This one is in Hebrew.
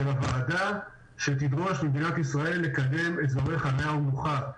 הוועדה שתדרוש ממדינת ישראל לקדם אזורי חנייה ומנוחה.